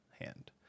hand